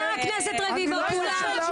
מה הקשר לחופשותיה?